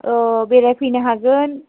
औ बेरायफैनो हागोन